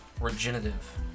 regenerative